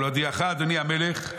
אבל אודיעך אדוני המלך,